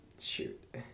Shoot